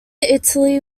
italy